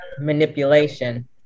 manipulation